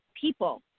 people